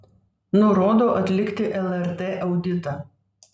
nurodo atlikti lrt auditą